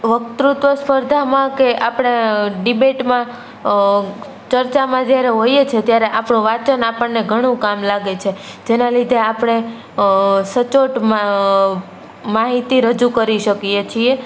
વક્તૃત્વ સ્પર્ધામાં કે આપણે ડિબેટમાં ચર્ચામાં જ્યારે હોઈએ છે ત્યારે આપણું વાંચન આપણને ઘણું કામ લાગે છે જેનાં લીધે આપણે સચોટ માહિતી રજૂ કરી શકીએ છીએ